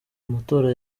amatora